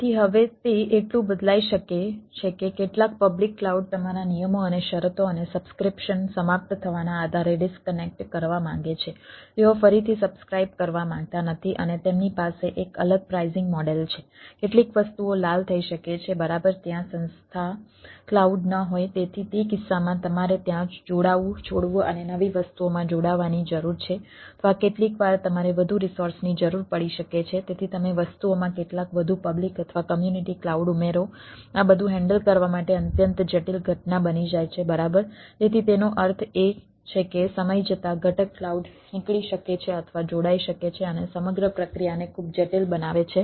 તેથી હવે તે એટલું બદલાઈ શકે છે કે કેટલાક પબ્લિક ક્લાઉડ તમારા નિયમો અને શરતો અને સબ્સ્ક્રિપ્શન સમાપ્ત થવાના આધારે ડિસ્કનેક્ટ કરવા માટે અત્યંત જટિલ ઘટના બની જાય છે બરાબર તેથી તેનો અર્થ એ છે કે સમય જતાં ઘટક કલાઉડ નીકળી શકે છે અથવા જોડાઈ શકે છે અને સમગ્ર પ્રક્રિયાને ખૂબ જટિલ બનાવે છે